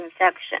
infection